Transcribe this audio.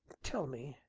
tell me,